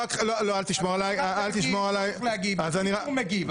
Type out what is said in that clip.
--- אל תשמור עליי ------ איך הוא מגיב,